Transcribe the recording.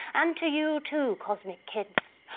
and to you too cosmic kids!